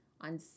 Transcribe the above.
on